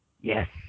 Yes